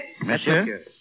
Monsieur